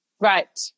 Right